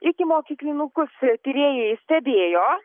ikimokyklinukus tyrėjai stebėjo